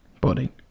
body